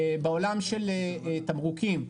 בעולם של תמרוקים,